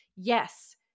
Yes